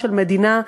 של מדינה,